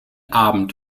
abend